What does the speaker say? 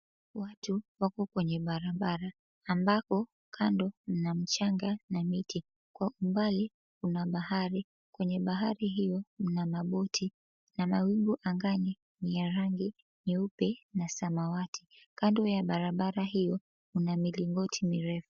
Watu wako kwenye barabara ambapo kando mna mchanga na miti kwa umbali kuna bahari kwenye bahari hio kuna maboti na mawingu angani ni ya rangi nyeupe na samawati. Kando ya barabara hio kuna milingoti mirefu.